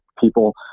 people